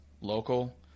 local